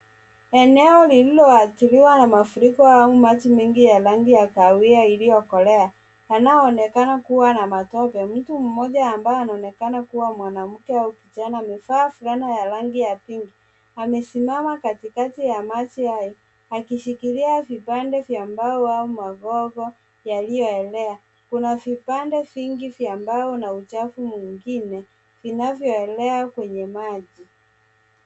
Eneo lililoadhiriwa na mafuriko au maji mengi ya rangi ya kahawia iliyokolea yanayoonekana kuwa na matope. Mtu mmoja ambaye anaonekana kuwa mwanamke au kijana amevaa fulana ya rangi ya pinki. Amesimama katikati ya maji hayo akishikilia vipande vya mbao au magogo yaliyoelea. Kuna vipande vingi vya mbao na uchafu mwingine vinavyoelea kwenye maji.